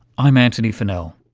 i'm antony funnell